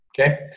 Okay